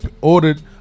ordered